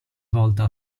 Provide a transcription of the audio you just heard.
volta